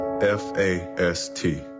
F-A-S-T